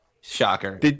Shocker